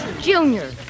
Junior